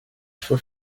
faut